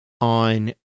on